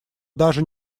даже